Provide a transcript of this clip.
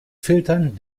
filtern